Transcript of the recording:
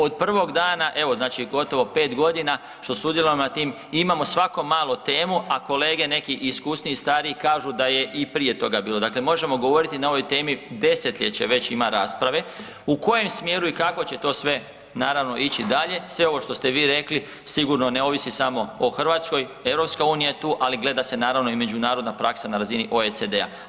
Od prvog dana, evo znači gotovo 5.g. što sudjelujem na tim, imamo svako malo temu, a kolege neki iskusniji i stariji kažu da je i prije toga bilo, dakle možemo govoriti na ovoj temi, desetljeće već ima rasprave, u kojem smjeru i kako će to sve naravno ići dalje, sve ovo što ste vi rekli, sigurno ne ovisi samo o Hrvatskoj, EU je tu, ali gleda se naravno i međunarodna praksa na razini OECD-a.